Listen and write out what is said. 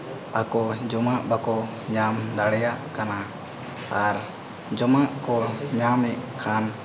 ᱟᱠᱚ ᱡᱚᱢᱟᱜ ᱵᱟᱠᱚ ᱧᱟᱢ ᱫᱟᱲᱭᱟᱜ ᱠᱟᱱᱟ ᱟᱨ ᱡᱚᱢᱟᱜ ᱠᱚ ᱧᱟᱢᱮᱫ ᱠᱷᱟᱱ